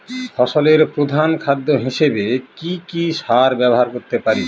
ফসলের প্রধান খাদ্য হিসেবে কি কি সার ব্যবহার করতে পারি?